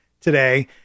today